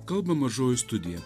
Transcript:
kalba mažoji studija